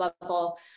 level